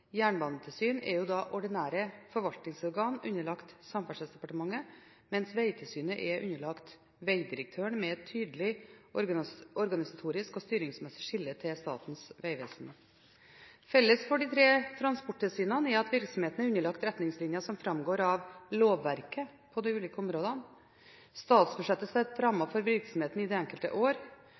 jernbanetilsyn er ordinære forvaltningsorgan underlagt Samferdselsdepartementet, mens Vegtilsynet er underlagt vegdirektøren, men med et tydelig organisatorisk og styringsmessig skille til Statens vegvesen. Felles for de tre transporttilsynene er at virksomheten er underlagt retningslinjer som framgår av lovverket på de ulike områdene. Statsbudsjettet setter rammer for virksomheten i det enkelte år.